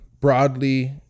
broadly